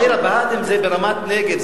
עיר הבה"דים זה ברמת-נגב,